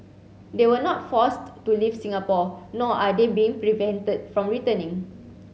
they were not forced to leave Singapore nor are they being prevented from returning